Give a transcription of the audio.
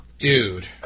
Dude